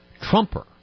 Trumper